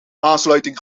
aansluiting